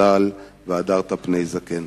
ונקיים את המאמר: "והדרת פני זקן".